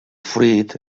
fruit